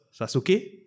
Sasuke